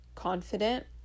confident